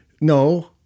no